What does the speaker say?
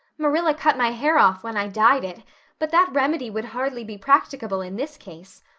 marilla cut my hair off when i dyed it but that remedy would hardly be practicable in this case.